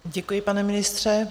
Děkuji, pane ministře.